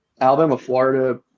Alabama-Florida